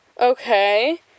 Okay